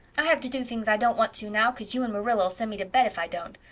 i have to do things i don't want to now cause you and marilla'll send me to bed if i don't.